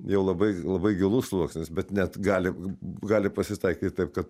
jau labai labai gilus sluoksnis bet net gali gali pasitaikyti taip kad